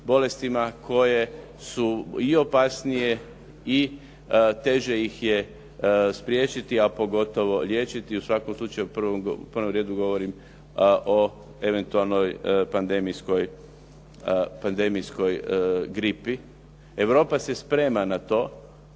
bolestima koje su i opasnije, i teže ih je spriječiti, a pogotovo liječiti. U svakom slučaju u prvom redu govorimo o eventualnoj pandemijskoj gripi. Europa se sprema na to,